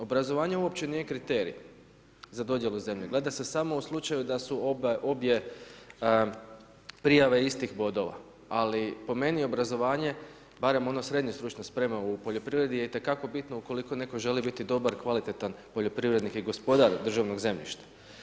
Obrazovanje uopće nije kriterij za dodjelu zemlje, gleda se samo u slučaju da su obje prijave istih bodova, ali po meni obrazovanje barem ono SSS u poljoprivredi je itekako bitno ukoliko neko želi biti dobar, kvalitetan poljoprivrednik i gospodar državnog zemljišta.